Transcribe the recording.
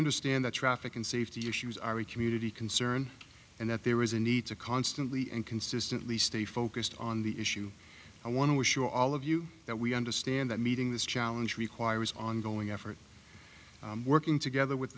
understand that traffic and safety issues are a community concern and that there is a need to constantly and consistently stay focused on the issue i want to assure all of you that we understand that meeting this challenge requires ongoing effort working together with